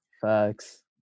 facts